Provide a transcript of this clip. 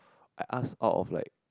I ask out of like